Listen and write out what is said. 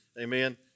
Amen